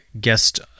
guest